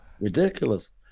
ridiculous